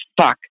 fuck